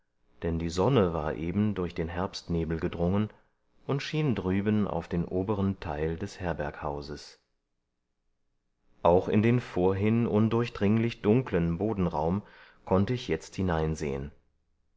denn die sonne war eben durch den herbstnebel gedrungen und schien drüben auf den oberen teil des herberghauses auch in den vorhin undurchdringlich dunkeln bodenraum konnte ich jetzt hineinsehen